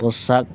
ꯄꯣꯠꯁꯛ